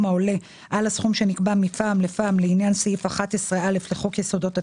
העולה על הסכום שנקבע מפעם לפעם לעניין סעיף 11(א) לחוק יסודות התקציב,